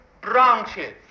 branches